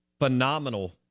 phenomenal